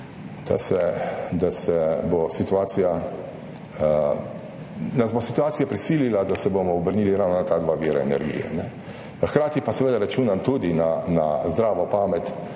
izbire in da nas bo situacija prisilila, da se bomo obrnili ravno na ta dva vira energije. Hkrati pa seveda računam tudi na zdravo pamet